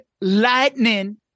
Lightning